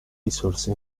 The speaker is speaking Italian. risorse